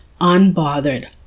unbothered